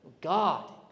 God